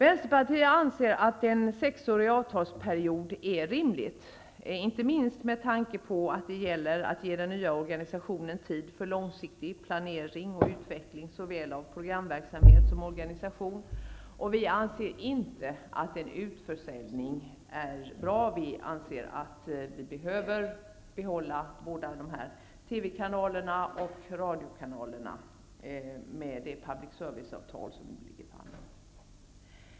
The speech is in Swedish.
Vänsterpartiet anser att en sexårig avtalsperiod är rimlig, inte minst med tanke på att den nya organisationen skall få möjlighet till långsiktig planering och utveckling av såväl programverksamhet som organisation. Vi anser inte att en utförsäljning är bra, utan vi anser att båda TV-kanalerna och radiokanalerna skall behållas i det public service-avtal som nu finns.